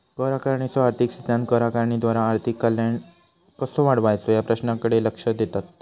कर आकारणीचो आर्थिक सिद्धांत कर आकारणीद्वारा आर्थिक कल्याण कसो वाढवायचो या प्रश्नाकडे लक्ष देतत